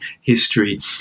history